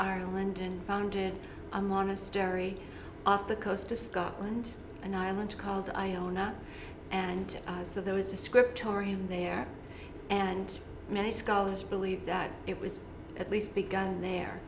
ireland and founded a monastery off the coast of scotland and ireland called iona and so there was a script or him there and many scholars believe that it was at least begun there